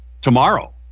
tomorrow